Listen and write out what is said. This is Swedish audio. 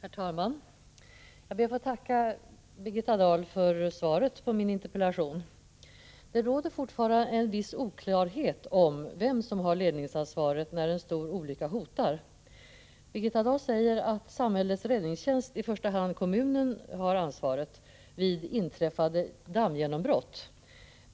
Herr talman! Jag ber att få tacka Birgitta Dahl för svaret på min interpellation. Det råder fortfarande en viss oklarhet om vem som har ledningsansvaret när en stor olycka hotar. Birgitta Dahl säger att samhällets räddningstjänst, i första hand kommunen, har ansvaret vid inträffade dammgenombrott.